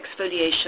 exfoliation